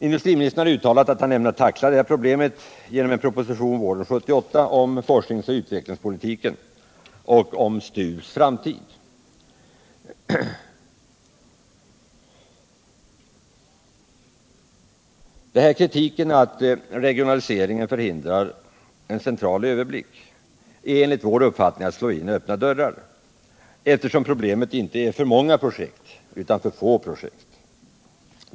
Industriministern har uttalat att han ämnar tackla det problemet genom att lägga fram en proposition våren 1978 om forskningsoch utvecklingspolitiken och om STU:s framtid. Kritiken att en regionalisering förhindrar en central överblick slår vidare enligt vår uppfattning in öppna dörrar. Problemet är inte för många projekt utan för få projekt.